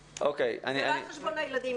זה לא על חשבון הילדים.